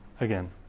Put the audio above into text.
again